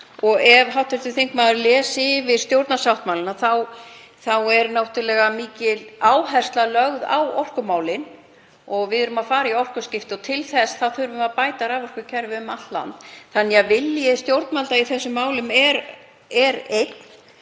Ef hv. þingmaður les yfir stjórnarsáttmálann er náttúrlega mikil áhersla lögð á orkumálin. Við erum að fara í orkuskipti og til þess þurfum við að bæta raforkukerfi um allt land. Þannig að vilji stjórnvalda í þessum málum er fyrir